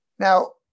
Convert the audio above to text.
Now